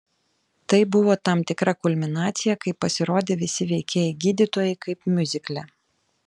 tai buvo tam tikra kulminacija kai pasirodė visi veikėjai gydytojai kaip miuzikle